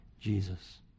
Jesus